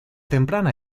temprana